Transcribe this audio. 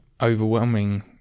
overwhelming –